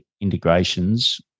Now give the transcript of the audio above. integrations